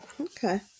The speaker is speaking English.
okay